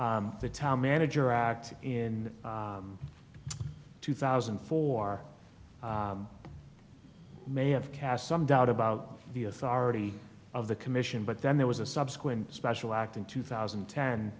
the town manager act in two thousand and four may have cast some doubt about the authority of the commission but then there was a subsequent special act in two thousand